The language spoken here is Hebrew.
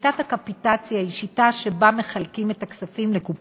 ששיטת הקפיטציה היא שיטה שבה מחלקים את הכספים לקופות-החולים,